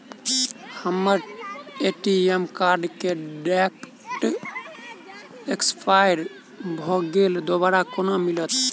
हम्मर ATM card केँ date expire भऽ गेल दोबारा कोना मिलत?